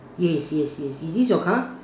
yes yes yes is this your car